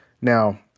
Now